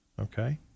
Okay